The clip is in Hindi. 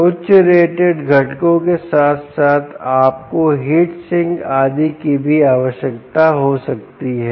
उच्च रेटेड घटकों के साथ साथ आपको हीट सिंक आदि की भी आवश्यकता हो सकती है